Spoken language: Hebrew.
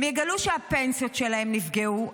הם יגלו שהפנסיות שלהם נפגעו,